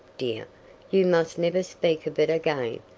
dear you must never speak of it again.